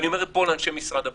אנשי משרד הבריאות,